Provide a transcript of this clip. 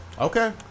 Okay